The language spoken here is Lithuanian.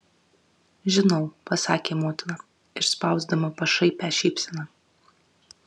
žinau pasakė motina išspausdama pašaipią šypseną